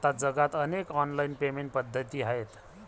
आता जगात अनेक ऑनलाइन पेमेंट पद्धती आहेत